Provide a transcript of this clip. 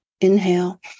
Inhale